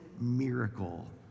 miracle